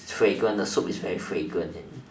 fragrant the soup is very fragrant